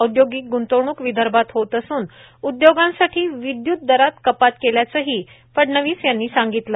औद्योगिक ग्ंतवणूक विदर्भात होत असून उद्योगांसाठी विद्यूत दरात कपात केल्याचंही फडणवीस यांनी सांगितलं